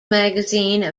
magazine